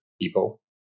people